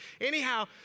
Anyhow